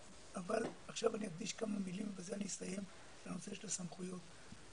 עכשיו אני אקדיש כמה מלים לנושא של הסמכויות ובזה אני אסיים.